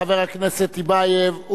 חבר הכנסת טיבייב.